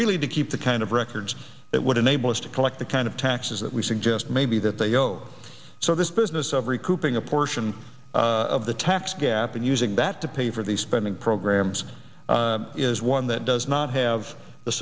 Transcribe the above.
really to keep the kind of records that would enable us to collect the kind of taxes that we suggest maybe that they go so this business of recouping a portion of the tax gap and using that to pay for these spending programs is one that does not have the